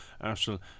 Arsenal